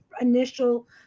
Initial